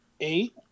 Eight